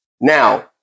Now